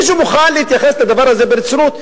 מישהו מוכן להתייחס לדבר הזה ברצינות?